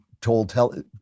told